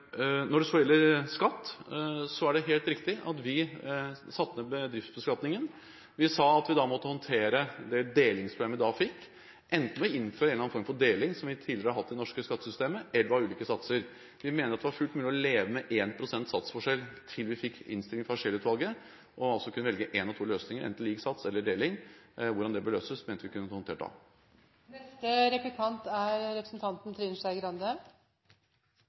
Når det gjelder skatt, er det helt riktig at vi satte ned bedriftsbeskatningen. Vi sa at vi måtte håndtere det delingsproblemet vi da fikk, enten ved å innføre en eller annen form for deling – som vi tidligere har hatt i det norske skattesystemet – eller ved å ha ulike satser. Vi mente at det var fullt mulig å leve med 1 pst. satsforskjell til vi fikk innstillingen fra Scheel-utvalget og altså kunne velge en av to løsninger – enten lik sats eller deling. Hvordan det burde løses, mente vi at vi kunne håndtert da. Jens Stoltenberg er